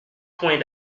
points